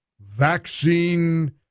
vaccine